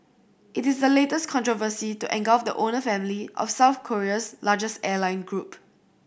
it is the latest controversy to engulf the owner family of South Korea's largest airline group